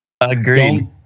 agree